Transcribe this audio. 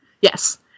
Yes